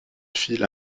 file